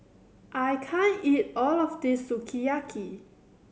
I can't eat all of this Sukiyaki